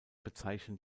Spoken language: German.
bezeichnen